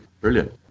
brilliant